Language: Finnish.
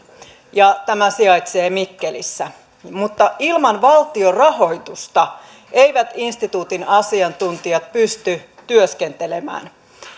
ja tämä sijaitsee mikkelissä mutta ilman valtion rahoitusta eivät instituutin asiantuntijat pysty työskentelemään